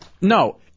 No